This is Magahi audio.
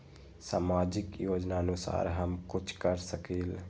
सामाजिक योजनानुसार हम कुछ कर सकील?